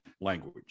language